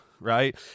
Right